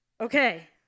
Okay